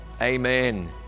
amen